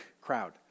crowd